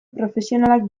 profesionalak